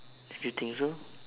if you think so